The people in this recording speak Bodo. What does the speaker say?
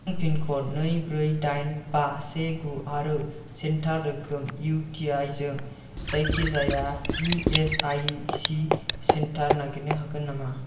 नों पिनक'ड नै ब्रै दाइन बा से गु आरो सेन्टार रोखोम इउ टि आइ जों जायखिजाया E S I C center नागिरनो हागोन नामा